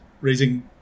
raising